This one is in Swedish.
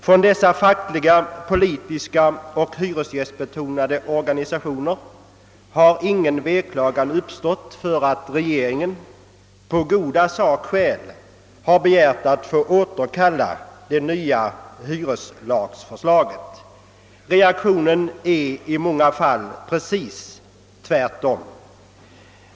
Från dessa fackliga, politiska och hyresgästbetonade organisationer har ingen veklagan uppstått därför att regeringen, på goda sakskäl, har begärt att få återkalla det nya hyreslagförslaget. Reaktionen är i många fall precis den motsatta.